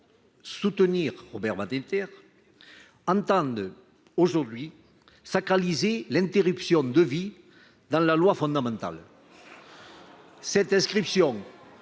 sont les mêmes qui entendent aujourd’hui sacraliser l’interruption de vie dans la loi fondamentale. Cette inscription